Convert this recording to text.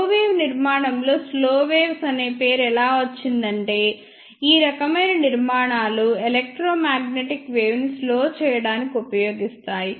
slow wave నిర్మాణంలో slow waves అనే పేరు ఎలా వచ్చిందంటే ఈ రకమైన నిర్మాణాలు ఎలక్ట్రోమాగ్నెటిక్ వేవ్ యొక్క వేగాన్ని తగ్గించడానికి ఉపయోగిస్తారు